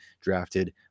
drafted